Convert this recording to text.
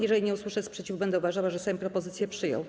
Jeżeli nie usłyszę sprzeciwu, będę uważała, że Sejm propozycje przyjął.